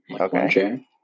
Okay